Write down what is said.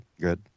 good